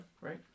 right